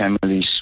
families